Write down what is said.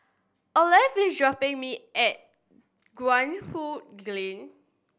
Olaf is dropping me at Guan Huat Kiln